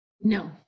no